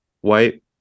white